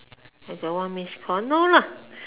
I got one missed call no lah